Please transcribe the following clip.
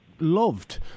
Loved